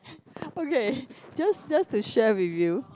okay just just to share with you